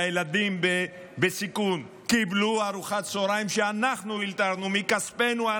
והילדים בסיכון קיבלו ארוחת צוהריים שאנחנו אלתרנו מכספנו.